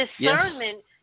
Discernment